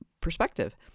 perspective